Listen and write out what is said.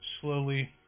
slowly